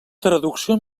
traducció